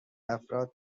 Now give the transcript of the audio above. افراد